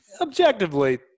objectively